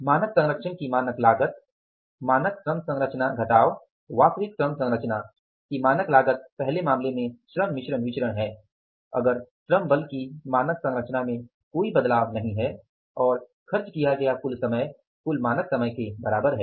मानक संरचना की मानक लागत मानक श्रम संरचना घटाव वास्तविक श्रम संरचना की मानक लागत पहले मामले में श्रम मिश्रण विचरण है अगर श्रम बल की मानक संरचना में कोई बदलाव नहीं है और खर्च किया गया कुल समय कुल मानक समय के बराबर है